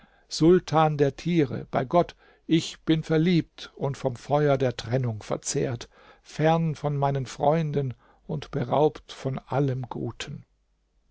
sultan der tiere bei gott ich bin verliebt und vom feuer der trennung verzehrt fern von meinen freunden und beraubt von allem guten